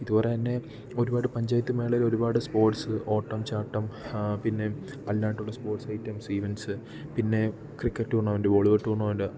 ഇതുപോരെ എന്നേയും ഒരുപാട് പഞ്ചായത്ത് മേളകളിൽ ഒരുപാട് സ്പോർട്സ് ഓട്ടം ചാട്ടം പിന്നെ പല്ലാട്ടുള്ള സ്പോർട്സ് ഐറ്റംസ് ഇവൻസ് പിന്നെ ക്രിക്കറ്റ് ടൂർണമൻറ് വോളിബോൾ ടൂർണ്ണമെൻ്റ്